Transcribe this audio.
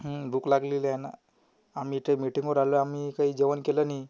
भूक लागलेली आहे ना आम्ही इथे मिटिंगवर आलो आहे आम्ही काही जेवण केलं नाही